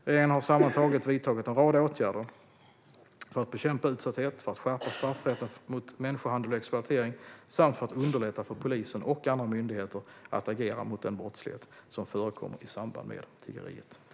Regeringen har sammantaget vidtagit en rad åtgärder för att bekämpa utsatthet, för att skärpa straffrätten mot människohandel och exploatering samt för att underlätta för polisen och andra myndigheter att agera mot den brottslighet som förekommer i samband med tiggeriet.